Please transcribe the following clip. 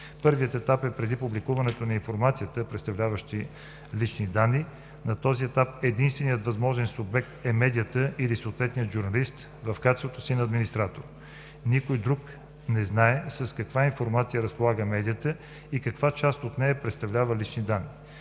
Първият етап е преди публикуването на информацията, представляваща лични данни. На този етап единственият възможен субект е медията или съответният журналист, в качеството им на администратор. Никой друг не знае с каква информация разполага медията и каква част от нея представлява лични данни.